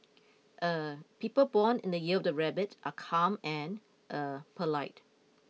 er people born in the year of the Rabbit are calm and er polite